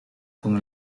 con